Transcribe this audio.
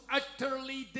utterly